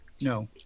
no